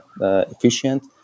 efficient